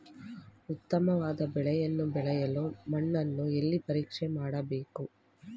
ಉತ್ತಮವಾದ ಬೆಳೆಯನ್ನು ಬೆಳೆಯಲು ಮಣ್ಣನ್ನು ಎಲ್ಲಿ ಪರೀಕ್ಷೆ ಮಾಡಬೇಕು?